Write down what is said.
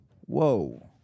Whoa